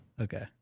Okay